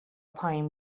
پایین